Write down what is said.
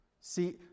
See